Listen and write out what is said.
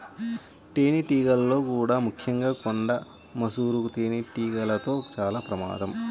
తేనెటీగల్లో కూడా ముఖ్యంగా కొండ ముసురు తేనెటీగలతో చాలా ప్రమాదం